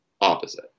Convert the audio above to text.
opposite